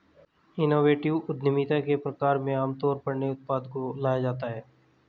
innovative उद्यमिता के प्रकार में आमतौर पर नए उत्पाद को लाया जाता है